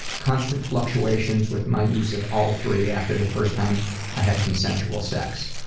constant fluctuations with my use of all three after the first time i had consensual sex.